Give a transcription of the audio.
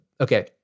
okay